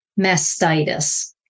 mastitis